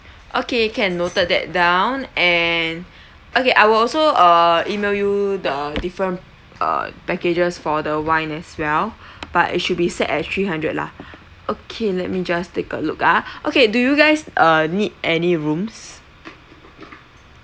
okay can noted that down and okay I will also err email you the different uh packages for the wine as well but it should be set as three hundred lah okay let me just take a look ah okay do you guys uh need any rooms